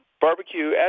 barbecue